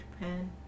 Japan